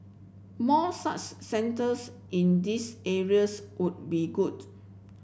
more such centres in these areas would be good